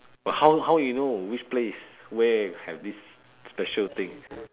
but how how you know which place where have this special thing